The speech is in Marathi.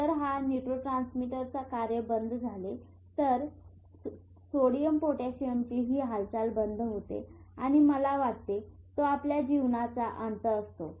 जर हा न्यूरोट्रांसमीटरचा कार्य बंद झाले तर सोडियम पोटॅशियमची ही हालचाल बंद होते आणि मला वाटते तो आपल्या जीवनाचा अंत असतो